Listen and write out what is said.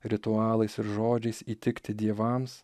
ritualais ir žodžiais įtikti dievams